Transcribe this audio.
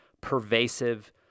pervasive